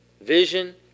vision